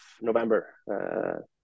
November